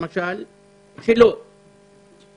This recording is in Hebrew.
למשל הכירורגיה, שלא דורשים זאת.